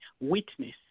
witness